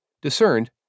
discerned